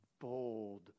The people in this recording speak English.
bold